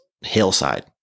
hillside